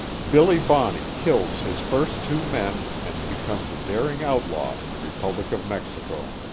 billy bonney kills his first two men, and becomes a daring outlaw in the republic of mexico.